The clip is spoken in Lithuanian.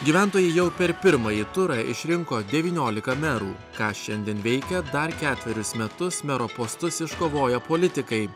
gyventojai jau per pirmąjį turą išrinko devyniolika merų ką šiandien veikia dar ketverius metus mero postus iškovoję politikai